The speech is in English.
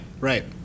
right